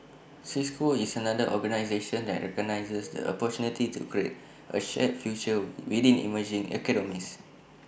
cisco is another organisation that recognises the A opportunity to create A shared future within emerging economies